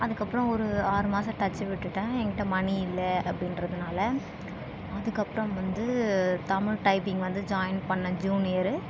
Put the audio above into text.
அதுக்கு அப்புறம் ஒரு ஆறு மாதம் டச்சு விட்டுட்டேன் ஏன்கிட்ட மனி இல்லை அப்படின்றதுனால அதுக்கு அப்புறம் வந்து தமிழ் டைப்பிங் வந்து ஜாயின் பண்ணேன் ஜூனியரு